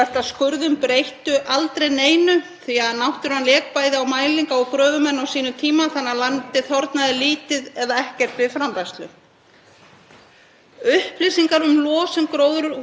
Upplýsingar um losun gróðurhúsalofttegunda frá framræstu votlendi á Íslandi eru nokkuð misvísandi og þá liggja ekki fyrir nákvæmar upplýsingar um stærð raskaðs votlendis.